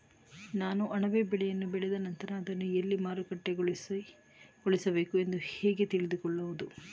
ನಾನು ಅಣಬೆ ಬೆಳೆಯನ್ನು ಬೆಳೆದ ನಂತರ ಅದನ್ನು ಎಲ್ಲಿ ಮಾರುಕಟ್ಟೆಗೊಳಿಸಬೇಕು ಎಂದು ಹೇಗೆ ತಿಳಿದುಕೊಳ್ಳುವುದು?